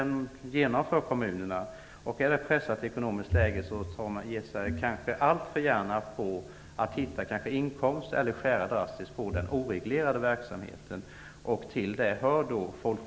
I ett pressat ekonomiskt läge försöker man, kanske alltför gärna, hitta inkomster eller skära drastiskt i oreglerade verksamheter.